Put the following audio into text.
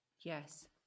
Yes